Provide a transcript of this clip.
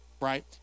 right